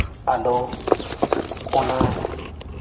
ᱟᱫᱚ ᱚᱱᱟ